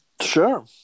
Sure